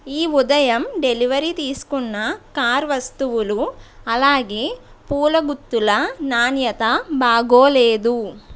ఈ ఉదయం డెలివరీ తీసుకున్న కార్ వస్తువులు అలాగే పూల గుత్తుల నాణ్యతా బాగోలేదు